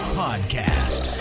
podcast